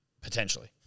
Potentially